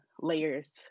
layers